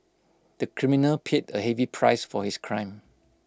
the criminal paid A heavy price for his crime